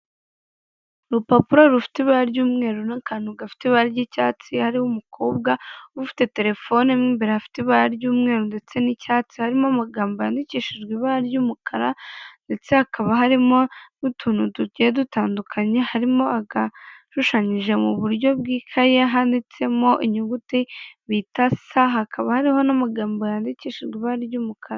Urupapuro rufite ibara ry'umweru n'akantu gafite ibara ry'icyatsi, hariho umukobwa ufite telefone mo imbere afite ibara ry'umweru ndetse n'icyatsi, harimo amagambo yandikishijwe ibara ry'umukara ndetse hakaba harimo n'utuntu tugiye dutandukanye, harimo agashushanyije mu buryo bw'ikaye handitsemo inyuguti bita "s" hakaba hariho n'amagambo yandikishije ibara ry'umukara.